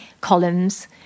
columns